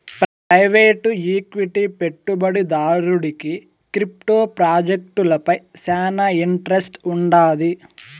private equity పెట్టుబడిదారుడికి crypto ప్రాజెక్టులపై శానా ఇంట్రెస్ట్ వుండాది